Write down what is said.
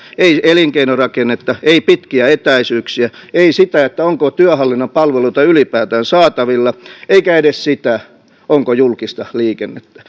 ei elinkeinorakennetta ei pitkiä etäisyyksiä ei sitä onko työhallinnon palveluita ylipäätään saatavilla eikä edes sitä onko julkista liikennettä